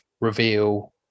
reveal